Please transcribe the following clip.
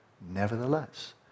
Nevertheless